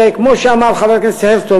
וכמו שאמר חבר הכנסת הרצוג,